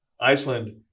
Iceland